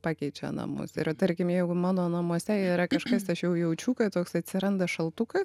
pakeičia namus yra tarkim jeigu mano namuose yra kažkas aš jau jaučiu kad toks atsiranda šaltukas